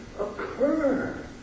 occur